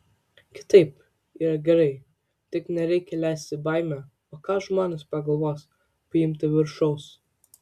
kitaip yra gerai tik nereikia leisti baimei o ką žmonės pagalvos paimti viršaus